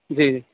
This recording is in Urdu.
جی